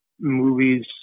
movies